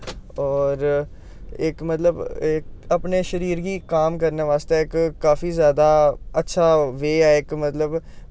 होर इक मतलब इक अपने शरीर गी काम करने बास्तै इक काफी ज्यादा अच्छा वे ऐ इक मतलब